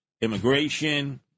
Immigration